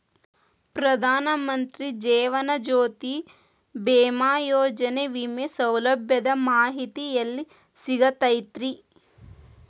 ಪ್ರಧಾನ ಮಂತ್ರಿ ಜೇವನ ಜ್ಯೋತಿ ಭೇಮಾಯೋಜನೆ ವಿಮೆ ಸೌಲಭ್ಯದ ಮಾಹಿತಿ ಎಲ್ಲಿ ಸಿಗತೈತ್ರಿ?